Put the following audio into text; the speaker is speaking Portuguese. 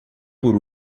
por